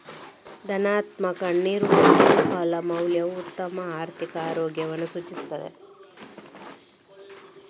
ಧನಾತ್ಮಕ ನಿವ್ವಳ ಮೌಲ್ಯವು ಉತ್ತಮ ಆರ್ಥಿಕ ಆರೋಗ್ಯವನ್ನು ಸೂಚಿಸುತ್ತದೆ